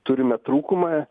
turime trūkumą